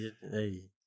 Hey